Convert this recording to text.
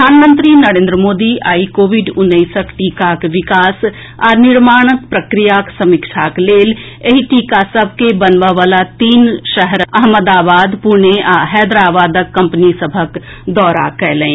प्रधानमंत्री नरेंद्र मोदी आइ कोविड उन्नैसक टीकाक विकास आ निर्माण प्रक्रियाक समीक्षाक लेल एहि टीका सभ के बनबएवाला तीन शहर अहमदाबाद पुणे आ हैदराबाद कंपनी सभक दौरा कएलनि